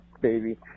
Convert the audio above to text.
baby